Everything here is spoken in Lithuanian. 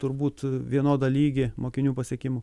turbūt vienodą lygį mokinių pasiekimų